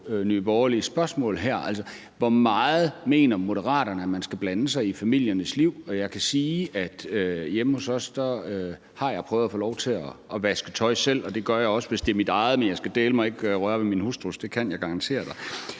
Nye Borgerliges spørgsmål her: Hvor meget mener Moderaterne man skal blande sig i familiernes liv? Jeg kan sige, at hjemme hos os har jeg prøvet at få lov til at vaske tøj selv, og det gør jeg også, hvis det er mit eget, men jeg skal dæleme ikke røre ved min hustrus, det kan jeg garantere dig.